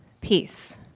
peace